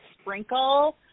sprinkle